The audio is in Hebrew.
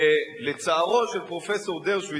לצערו של פרופסור דרשוביץ,